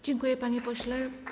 Dziękuję, panie pośle.